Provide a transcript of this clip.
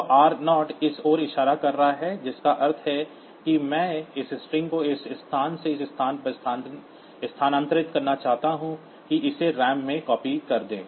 तो r0 इस ओर इशारा कर रहा है जिसका अर्थ है कि मैं इस स्ट्रिंग को इस स्थान से इस स्थान पर स्थानांतरित करना चाहता हूं कि इसे रैम में कॉपी कर दें